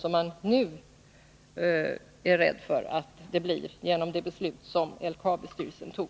Nu är man ju rädd för att denna andel blir mycket stor på grund av det beslut som LKAB-styrelsen tog.